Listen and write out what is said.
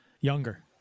younger